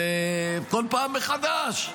וכל פעם מחדש,